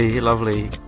lovely